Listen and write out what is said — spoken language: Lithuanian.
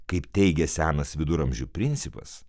kaip teigė senas viduramžių principas